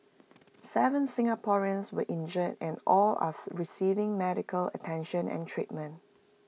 Seven Singaporeans were injured and all are receiving medical attention and treatment